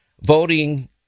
voting